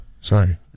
sorry